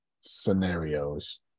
scenarios